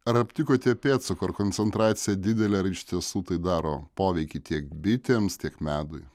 ar aptikote pėdsakų ar koncentracija didelė ar iš tiesų tai daro poveikį tiek bitėms tiek medui